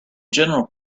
general